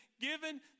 given